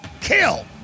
kill